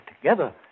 together